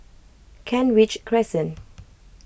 Kent Ridge Crescent